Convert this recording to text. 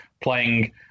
playing